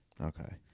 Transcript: Okay